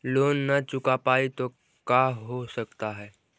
Loan न चुका पाई तो का हो सकता है?